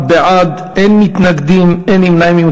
17 בעד, אין מתנגדים, אין נמנעים.